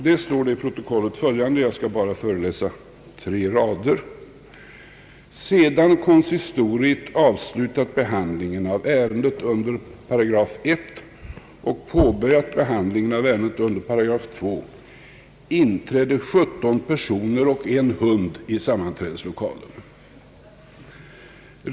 Där står det i protokollet följande : »Sedan konsistoriet avslutat behandlingen av ärendet under p. 1 och påbörjat behandlingen av ärendet under p. 2, inträdde 17 personer och 1 hund i sammanträdeslokalen.